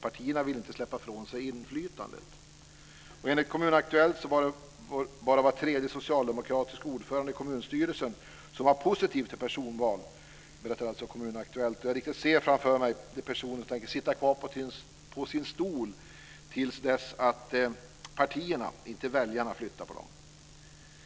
Partierna vill inte släppa ifrån sig inflytandet. Enligt Kommun-Aktuellt var det bara var tredje socialdemokratisk ordförande i kommunstyrelsen som var positiv till personval. Det berättar alltså Kommun-Aktuellt, och jag riktigt ser framför mig de personer som tänker sitta kvar på sina stolar till dess att partierna - inte väljarna - flyttar på dem.